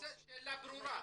השאלה ברורה.